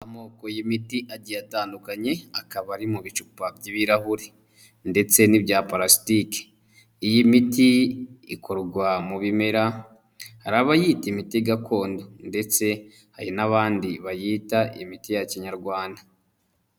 Amoko y'imiti agiye atandukanye akaba ari mu bicupa by'ibirahuri ndetse n'ibya pulasitike, iyi miti ikorwa mu bimera hari abayita imiti gakondo ndetse hari n'abandi bayita imiti ya kinyarwanda.